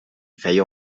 feia